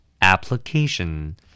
application